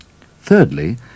Thirdly